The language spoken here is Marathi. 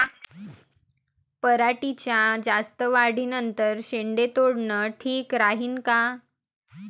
पराटीच्या जास्त वाढी नंतर शेंडे तोडनं ठीक राहीन का?